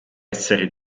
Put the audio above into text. essere